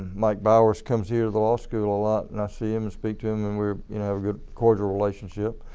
mike bowers comes here at the law school a lot and i see him and speak to him and we have good cordial relationship.